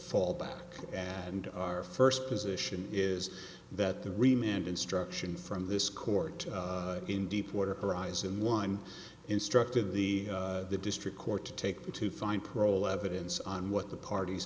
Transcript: fallback and our first position is that the remained instruction from this court in deepwater horizon one instructed the district court to take to find parole evidence on what the parties